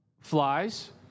Flies